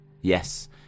Yes